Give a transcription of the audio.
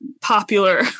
popular